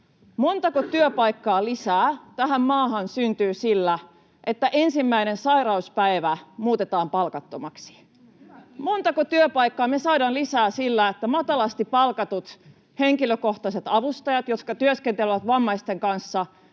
Montako työpaikkaa lisää tähän maahan syntyy sillä, että ensimmäinen sairauspäivä muutetaan palkattomaksi? Montako työpaikkaa me saadaan lisää sillä, että matalasti palkatut henkilökohtaiset avustajat, jotka työskentelevät vammaisten kanssa,